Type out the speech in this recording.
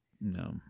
no